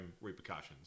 repercussions